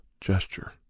gesture